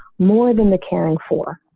more than the caring for